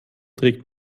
trägt